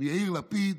מיאיר לפיד.